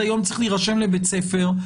הילד היום צריך להירשם לבית ספר,